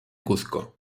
cuzco